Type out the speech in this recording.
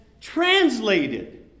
translated